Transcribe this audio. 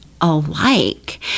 alike